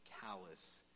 callous